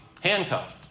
handcuffed